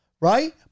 right